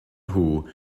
nhw